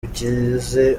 ugize